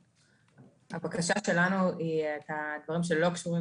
אבל הבקשה שלנו היא שאת הדברים שלא קשורים